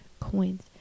coins